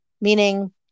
meaning